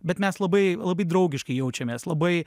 bet mes labai labai draugiškai jaučiamės labai